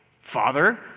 Father